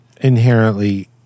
inherently